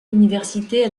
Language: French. universitaire